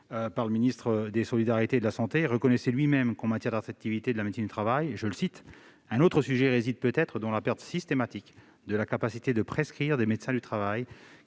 le ministre des solidarités et de la santé reconnaissait lui-même qu'en matière d'attractivité de la médecine du travail « un autre sujet réside peut-être dans la perte systématique de la capacité de prescrire des médecins du travail,